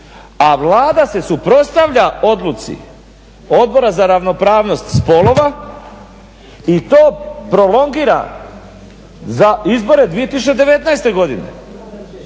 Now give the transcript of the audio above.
a Vlada se suprotstavlja odluci Odbora za ravnopravnost spolova i to prolongira za izbore 2019. godine.